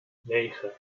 negen